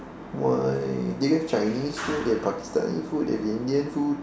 why do they have Chinese food they have Pakistani food they have Indian food